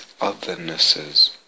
othernesses